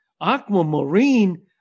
Aquamarine